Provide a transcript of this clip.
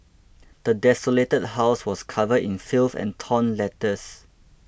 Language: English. the desolated house was covered in filth and torn letters